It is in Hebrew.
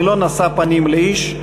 ולא נשא פנים לאיש,